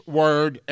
word